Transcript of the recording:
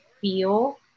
feel